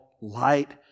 light